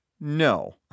No